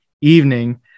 evening